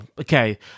okay